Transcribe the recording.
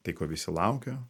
tai ko visi laukia